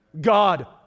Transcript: God